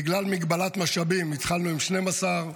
בגלל מגבלת משאבים התחלנו עם 12,